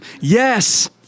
Yes